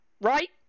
right